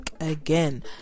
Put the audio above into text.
again